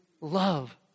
love